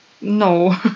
No